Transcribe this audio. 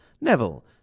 Neville